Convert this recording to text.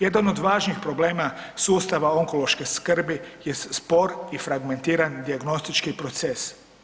Jedan od važnih problema sustav onkološke skrbi je spor i fragmentiran dijagnostički proces.